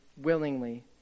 willingly